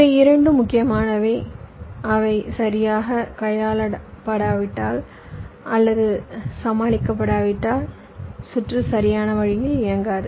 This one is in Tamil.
இவை இரண்டு முக்கியமானவை அவை சரியாகக் கையாளப்படாவிட்டால் அல்லது சமாளிக்கப்படாவிட்டால் சுற்று சரியான வழியில் இயங்காது